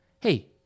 Hey